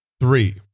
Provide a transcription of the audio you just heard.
three